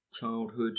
childhood